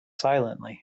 silently